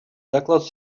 доклад